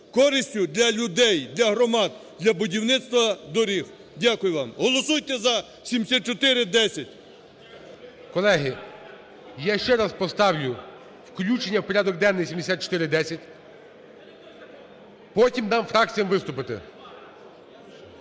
користю для людей, для громад, для будівництва доріг. Дякую вам. Голосуйте за 7410. 17:39:05 ГОЛОВУЮЧИЙ. Колеги, я ще раз поставлю включення в порядок денний 7410, потім дам фракціям виступити.